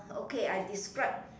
okay I describe